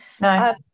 no